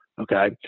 Okay